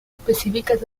específicas